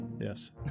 Yes